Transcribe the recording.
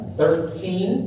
thirteen